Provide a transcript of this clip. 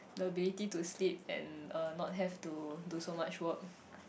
the ability to sleep and uh not have to do so much work